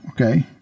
okay